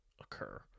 occur